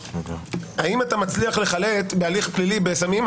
האם אתה מצליח לחלט בהליך פלילי בסמים,